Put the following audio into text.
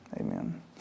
Amen